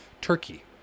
Turkey